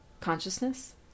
consciousness